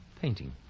painting